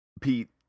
Pete